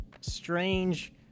strange